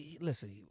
Listen